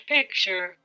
Picture